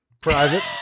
private